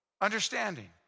understanding